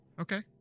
Okay